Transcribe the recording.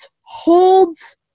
holds